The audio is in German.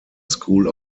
school